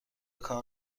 کار